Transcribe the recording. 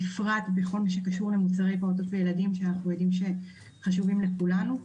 בפרט בכל מה שקשור למוצרי פעוטות וילדים שאנחנו יודעים שחשובים לכולנו.